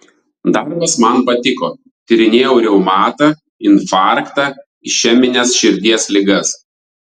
darbas man patiko tyrinėjau reumatą infarktą išemines širdies ligas